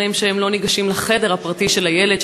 מספרים שהם לא ניגשים לחדר הפרטי של הילד,